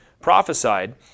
prophesied